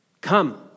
Come